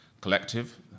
collective